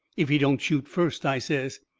if he don't shoot first, i says.